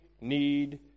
need